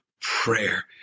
prayer